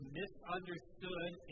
misunderstood